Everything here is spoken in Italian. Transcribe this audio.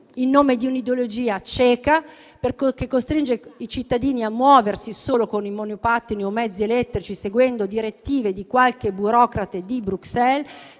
in nome di un'ideologia cieca che costringe i cittadini a muoversi solo con i monopattini o mezzi elettrici, seguendo direttive di qualche burocrate di Bruxelles,